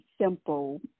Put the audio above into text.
simple